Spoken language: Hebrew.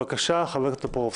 בבקשה, חבר הכנסת טופורובסקי.